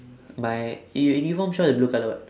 my uniform shorts is blue colour [what]